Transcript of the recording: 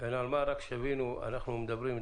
המון תודות , כבוד היו"ר, על